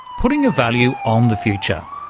putting a value on the future.